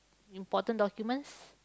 important documents